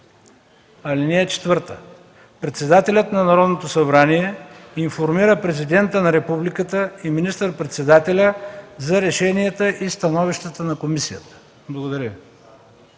съобщения. (4) Председателят на Народното събрание информира Президента на републиката и министър-председателя за решенията и становищата на комисията.” Благодаря